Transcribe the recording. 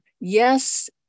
yes